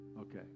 Okay